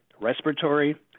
respiratory